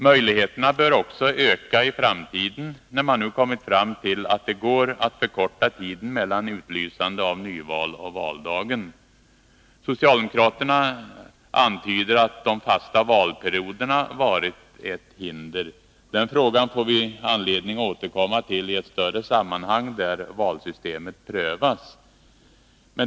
Möjligheterna bör också öka i framtiden när man nu kommit fram till att det går att förkorta tiden mellan utlysande av nyval och valdagen. Socialdemokraterna antyder att de fasta valperioderna varit ett hinder. Den frågan får vi anledning att återkomma till i ett större sammanhang. där valsystemet prövas.